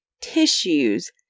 tissues